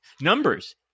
numbers